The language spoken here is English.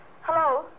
Hello